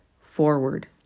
Forward